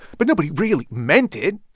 but nobody really meant it,